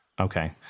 Okay